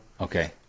Okay